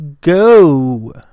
go